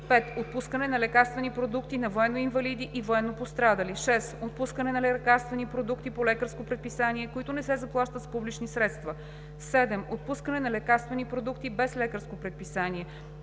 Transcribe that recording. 5. отпускане на лекарствени продукти на военноинвалиди и военнопострадали; 6. отпускане на лекарствени продукти по лекарско предписание, които не се заплащат с публични средства; 7. отпускане на лекарствени продукти без лекарско предписание